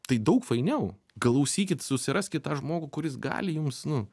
tai daug fainiau klausykit susiraskit tą žmogų kuris gali jums nu